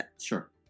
Sure